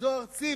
זאת ארצי,